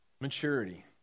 maturity